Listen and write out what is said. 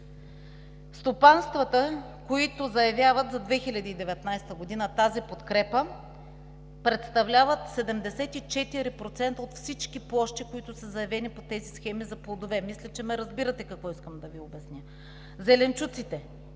стопанствата, които заявяват за 2019 г. тази подкрепа, представляват 74% от всички площи, които са заявени по тези схеми за плодове. Мисля, че ме разбирате какво искам да Ви обясня. Зеленчуците